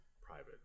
private